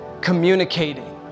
communicating